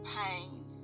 pain